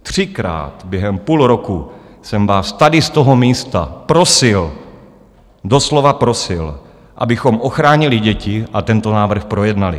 Třikrát během půl roku jsem vás tady z toho místa prosil, doslova prosil, abychom ochránili děti a tento návrh projednali.